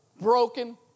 broken